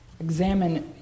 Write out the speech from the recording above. Examine